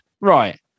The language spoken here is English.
Right